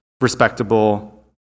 respectable